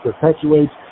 perpetuates